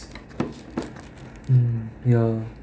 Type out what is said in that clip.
mm ya